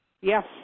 Yes